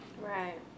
Right